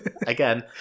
Again